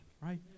right